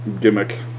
gimmick